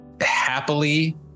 happily